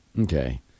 Okay